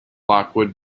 lockwood